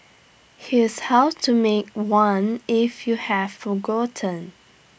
here's how to make one if you have forgotten